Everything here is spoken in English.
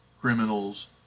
criminals